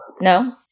No